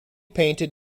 painted